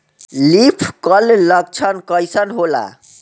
Leaf curl लक्षण कइसन होला?